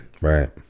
Right